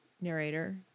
narrator